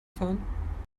fahren